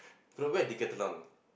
from where decathlon